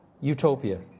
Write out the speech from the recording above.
utopia